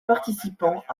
participant